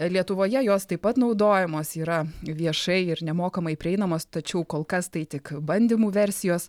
lietuvoje jos taip pat naudojamos yra viešai ir nemokamai prieinamos tačiau kol kas tai tik bandymų versijos